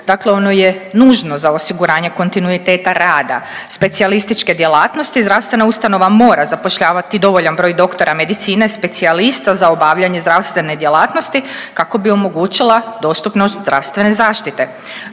Dakle ono je nužno za osiguranje kontinuiteta rada, specijalističke djelatnosti zdravstvena ustanova mora zapošljavati dovoljan broj doktora medicine specijalista za obavljanje zdravstvene djelatnosti kako bi omogućila dostupnost zdravstvene zaštite.